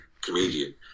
comedian